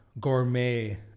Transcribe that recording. gourmet